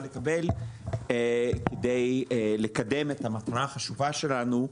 לקבל כדי לקדם את המטרה החשובה שלנו,